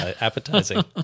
appetizing